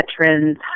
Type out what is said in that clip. veterans